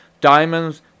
Diamonds